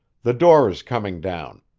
the door is coming down.